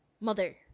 Mother